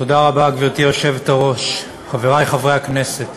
גברתי היושבת-ראש, תודה רבה, חברי חברי הכנסת,